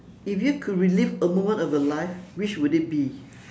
if you could relive a moment of your life which would it be